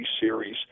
series